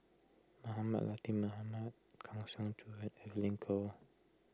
Mohamed Latiff Mohamed Kang Siong Joo Evelyn Goh